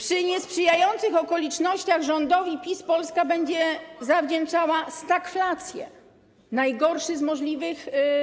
Przy niesprzyjających okolicznościach rządowi PiS Polska będzie zawdzięczała stagflację, najgorszy z możliwych.